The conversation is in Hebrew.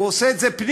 הוא עושה את זה פנימה,